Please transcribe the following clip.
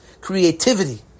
creativity